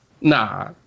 Nah